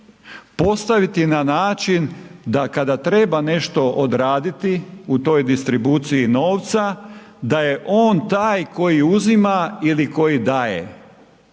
postaviti na način da kada treba nešto odraditi u toj distribuciji novca da je on taj koji uzima ili koji daje.